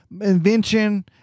invention